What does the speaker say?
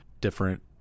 different